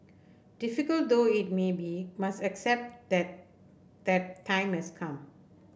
difficult though it may be must accept that that time has come